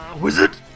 wizard